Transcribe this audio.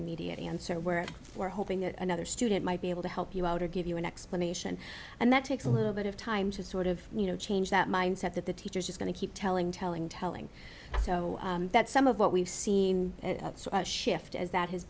immediate answer where we're hoping that another student might be able to help you out or give you an explanation and that takes a little bit of time to sort of you know change that mindset that the teachers are going to keep telling telling telling so that some of what we've seen a shift as that has